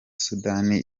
sudani